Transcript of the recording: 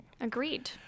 Agreed